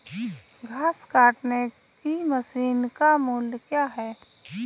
घास काटने की मशीन का मूल्य क्या है?